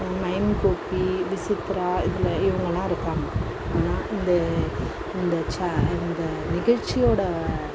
mime Gopi Vichitra இதில் இவங்கலாம் இருக்காங்க ஆனால் இது இந்த ச இந்த நிகழ்ச்சியோட